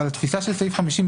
אבל התפיסה של סעיף 50,